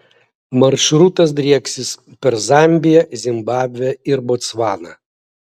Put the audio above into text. maršrutas drieksis per zambiją zimbabvę ir botsvaną